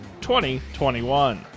2021